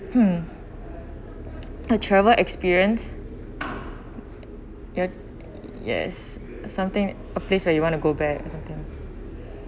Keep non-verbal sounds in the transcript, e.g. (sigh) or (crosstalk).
hmm (noise) travel experience ya yes something a place where you want to go back or something